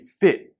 fit